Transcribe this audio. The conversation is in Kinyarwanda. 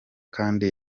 kandi